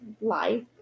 life